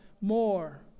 more